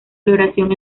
floración